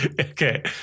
okay